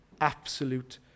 absolute